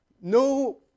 No